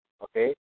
okay